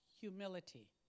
humility